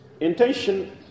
Intention